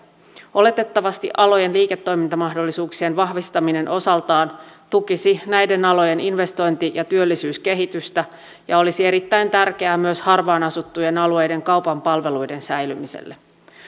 oletettavasti alojen liiketoimintamahdollisuuksien vahvistaminen osaltaan tukisi näiden alojen investointi ja työllisyyskehitystä ja olisi erittäin tärkeää myös harvaan asuttujen alueiden kaupan palveluiden säilymiselle